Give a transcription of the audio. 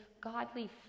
godly